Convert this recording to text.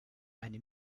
eine